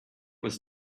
was